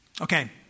Okay